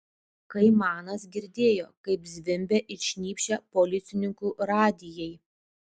kaimanas girdėjo kaip zvimbia ir šnypščia policininkų radijai